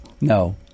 no